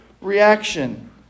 reaction